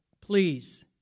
Please